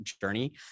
journey